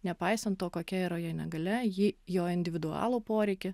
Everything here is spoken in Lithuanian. nepaisant to kokia yra jo negalia jį jo individualų poreikį